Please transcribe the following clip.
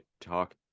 talk